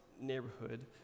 neighborhood